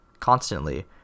Constantly